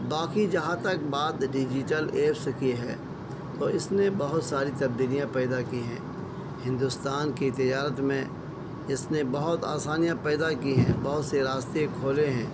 باقی جہاں تک بات ڈیجیٹل ایپس کی ہے تو اس نے بہت ساری تبدیلیاں پیدا کی ہیں ہندوستان کی تجارت میں اس نے بہت آسانیاں پیدا کی ہیں بہت سے راستے کھولے ہیں